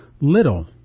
little